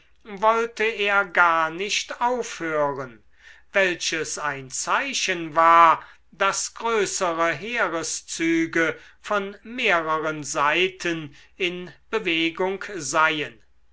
wollte er gar nicht aufhören welches ein zeichen war daß größere heereszüge von mehreren seiten in bewegung seien